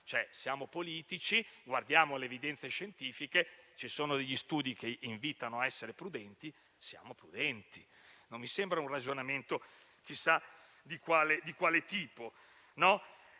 noi. Siamo politici, guardiamo alle evidenze scientifiche: ci sono studi che invitano a essere prudenti? Siamo prudenti. Non mi sembra un ragionamento di chissà quale tipo.